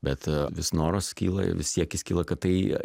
bet vis noras kyla ir siekis kyla kad tai